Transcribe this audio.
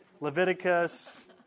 Leviticus